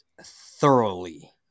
thoroughly